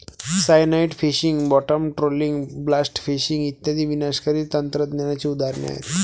cyanide fishing, bottom trawling, blast fishing इत्यादी विनाशकारी तंत्रज्ञानाची उदाहरणे आहेत